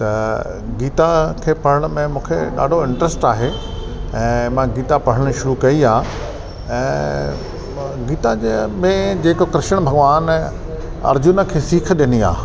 त गीता खे पढ़ण में मूंखे ॾाढो इंट्रेस्ट आहे ऐं मां गीता पढ़णु शुरु कई आहे ऐं गीता जे में जेको कृष्ण भॻिवान अर्जुन खे सीख ॾिनी आहे